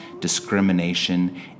discrimination